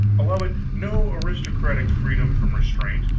allow it no aristocratic freedom from restraint,